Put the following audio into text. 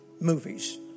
movies